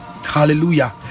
hallelujah